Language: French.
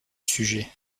sujet